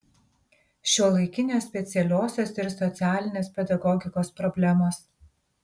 šiuolaikinės specialiosios ir socialinės pedagogikos problemos